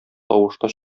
тавышына